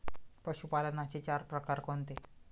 पशुपालनाचे चार प्रकार कोणते?